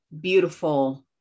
beautiful